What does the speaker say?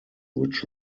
which